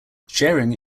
sharing